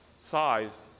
size